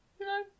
No